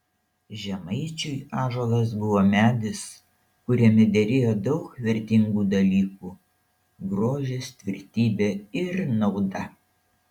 žemaičiui ąžuolas buvo medis kuriame derėjo daug vertingų dalykų grožis tvirtybė ir nauda